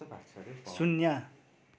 शून्य